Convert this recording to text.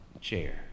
chair